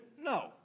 no